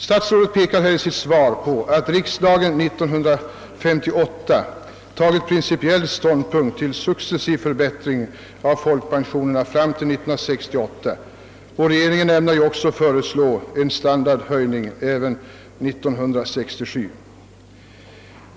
Statsrådet pekar här i sitt svar på att riksdagen 1958 tagit principiell ståndpunkt till successiv förbättring av folkpensionerna fram till 1968 och att regeringen ämnar föreslå en standardhöjning även under år 1967.